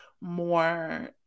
more